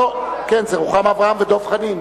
כן, זה רוחמה אברהם ודב חנין.